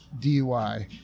DUI